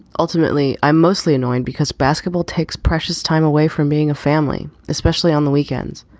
ultimately, i'm mostly annoyed because basketball takes precious time away from being a family, especially on the weekends.